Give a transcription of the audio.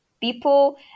people